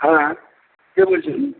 হ্যাঁ কে বলছেন